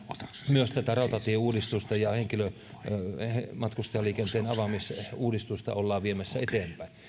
myös tätä rautatieuudistusta ja matkustajaliikenteen avaamisuudistusta ollaan viemässä eteenpäin